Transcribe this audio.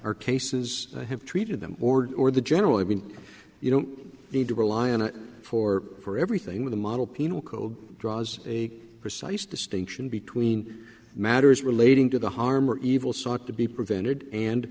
our cases have treated them ordered or the general i mean you don't need to rely on a four for everything with the model penal code draws a precise distinction between matters relating to the harm or evil sought to be prevented and